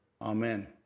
Amen